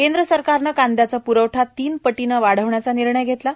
केंद्र सरकारनं कांद्याचा प्ररवठा तीन पटीनं वाढवण्याचा निर्णय घेतला आहे